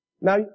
Now